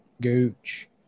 Gooch